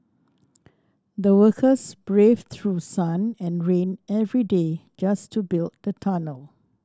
the workers braved through sun and rain every day just to build the tunnel